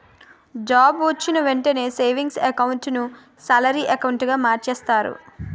job వొచ్చిన వెంటనే savings account ను సాలరీ అకౌంటుగా మార్చేస్తారు